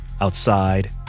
Outside